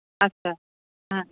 আচ্ছা হ্যাঁ